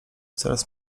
coraz